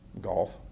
golf